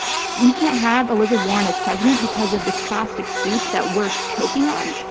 we can't have elizabeth warren as president because of this plastic soup that we're choking on?